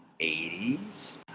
80s